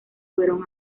fueron